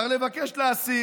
כי בתקופה של אבא שלך,